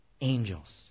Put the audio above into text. angels